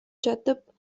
жатып